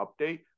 update